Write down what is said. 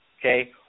Okay